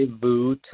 Boo